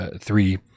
three